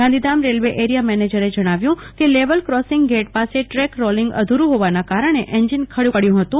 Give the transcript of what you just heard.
ગાંધીધામના railway area મેનેજરે જણાવ્યુ કે લેવલ ક્રોસિંગ ગેટ પાસે દ્રેક રોલિંગ અધુરૂ હોવાના કારણે એન્જીન ખડી પડ્યુ હતું